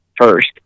first